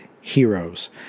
heroes